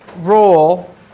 role